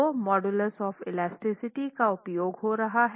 तो modulus of elasticity का उपयोग हो रहा है